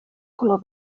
color